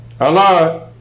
Allah